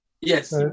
Yes